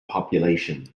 population